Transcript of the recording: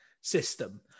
system